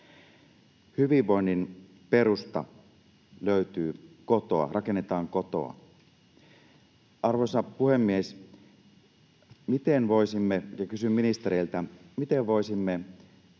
Hyvinvoinnin perusta löytyy kotoa, rakennetaan kotona. Arvoisa puhemies! Kysyn ministereiltä: Miten voisimme